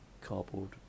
cardboard